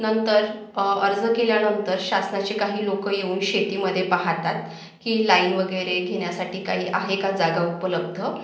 नंतर अर्ज केल्यानंतर शासनाची काही लोकं येऊन शेतीमध्ये पाहतात की लाईन वगैरे घेण्यासाठी काही आहे का जागा उपलब्ध